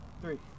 three